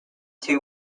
two